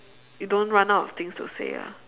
you don't run out of things to say ah